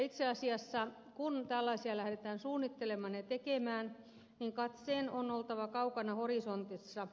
itse asiassa kun tällaisia lähdetään suunnittelemaan ja tekemään katseen on oltava kaukana horisontissa